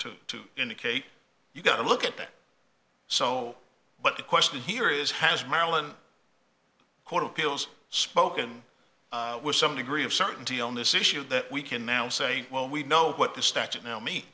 two to indicate you got a look at that so but the question here is has maryland court of appeals spoken with some degree of certainty on this issue that we can now say well we know what the statute now me